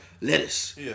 lettuce